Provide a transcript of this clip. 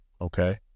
Okay